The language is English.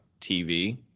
TV